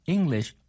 English